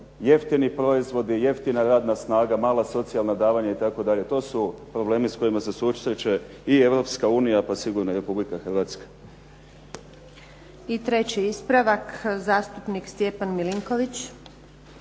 jeftini proizvodi, jeftina radna snaga, mala socijalna davanja itd. To su problemi s kojima se susreće i Europska unija pa sigurno i Republika Hrvatska. **Antunović, Željka (SDP)** I treći ispravak, zastupnik Stjepan Milinković.